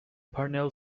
parnell